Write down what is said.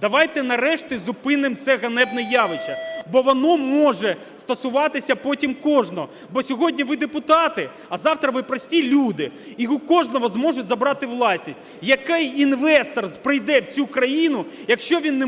Давайте нарешті зупинимо це ганебне явище, бо воно може стосуватися потім кожного, бо сьогодні ви депутати, а завтра ви прості люди, і в кожного зможуть забрати власність. Який інвестор прийде в цю країну, якщо він